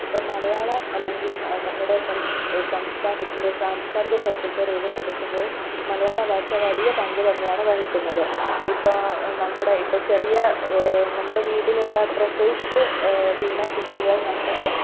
ഇപ്പോൾ മലയാളം അല്ലെങ്കിൽ സാ നമ്മുടെ സംസ്ഥാ സംസഥാനത്തിൻ്റെ സാംസ്കാരിക സ്വത്വത്തെ രൂപപ്പെടുത്തുന്നതിൽ മലയാള ഭാഷ വലിയ പങ്ക് തന്നെയാണ് വഹിക്കുന്നത് ഇപ്പോൾ നമ്മുടെ ഇപ്പോൾ ചെറിയ നമ്മുടെ വീട്ടിലുള്ള പ്രസവിച്ച് വീണ കുട്ടികൾ നമ്മുടെ